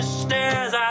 stairs